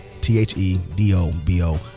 T-H-E-D-O-B-O